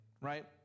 right